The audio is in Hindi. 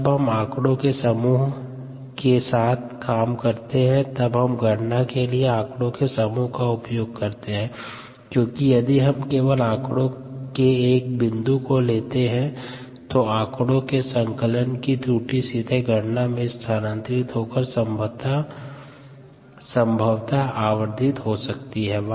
जब हम आंकड़ो के समूह के साथ काम करते है तब हम गणना के लिए आंकड़ो के समूह का उपयोग करते है क्यूंकि यदि हम केवल आंकड़ों के एक बिंदु को लेते है तो आंकड़ो के संकलन की त्रुटि सीधे गणना में स्थानांतरित होकर संभवत आवर्धित हो सकती है